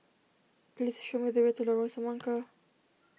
please show me the way to Lorong Semangka